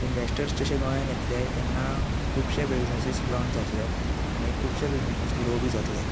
investor जशे गोंयांत येतले तेन्ना खुबशे बिजनसीस लाँच जातले आनी खुबशे बिजनसीस ग्रो बी जातले